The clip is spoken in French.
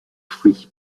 fruits